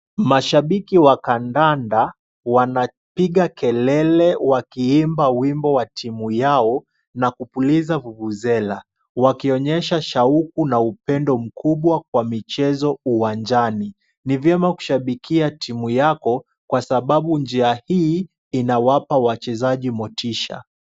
Mashabiki wa kandanda wanapiga kelele wakiimba wimbo wa timu yao na kupuliza vuvuzela , wakionyesha shauku na upendo mkubwa kwa michezo uwanjani. Ni vyema kushabikia timu yako kwa sababu njia hii, inawapa wachezaji motisha.